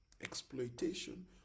Exploitation